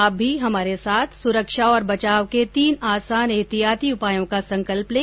आप भी हमारे साथ सुरक्षा और बचाव के तीन आसान एहतियाती उपायों का संकल्प लें